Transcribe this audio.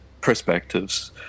perspectives